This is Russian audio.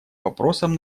вопросам